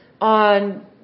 on